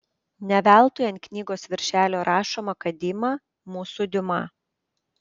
ne veltui ant knygos virželio rašoma kad dima mūsų diuma